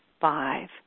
five